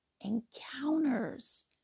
encounters